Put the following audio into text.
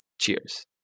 Cheers